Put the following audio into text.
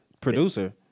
producer